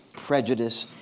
prejudice,